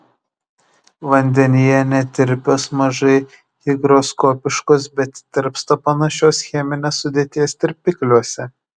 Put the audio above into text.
vandenyje netirpios mažai higroskopiškos bet tirpsta panašios cheminės sudėties tirpikliuose